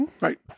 Right